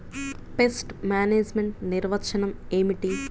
Pest management నిర్వచనం ఏమిటి?